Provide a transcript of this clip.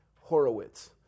Horowitz